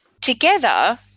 together